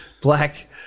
black